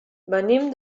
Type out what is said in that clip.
venim